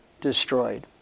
destroyed